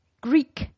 Greek